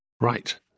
Right